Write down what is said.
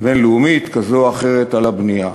בין-לאומית כזאת או אחרת על הבנייה.